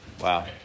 Wow